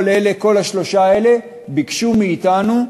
כל השלושה האלה ביקשו מאתנו,